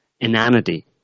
inanity